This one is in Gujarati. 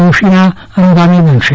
જોશીના અનુગામી બનશે